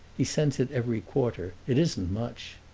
he sends it every quarter. it isn't much!